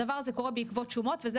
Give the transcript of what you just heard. הדבר הזה קורה בעקבות שומות וזה,